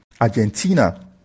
Argentina